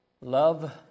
Love